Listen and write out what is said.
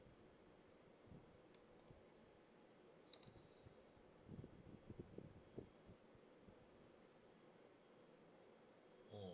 mmhmm